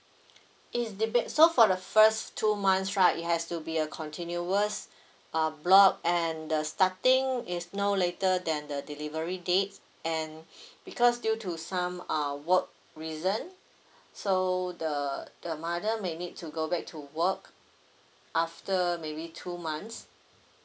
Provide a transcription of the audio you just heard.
it's depend so for the first two months right it has to be a continuous uh block and the starting is no later than the delivery date and because due to some uh work reason so the the mother may need to go back to work after maybe two months